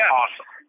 awesome